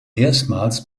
erstmals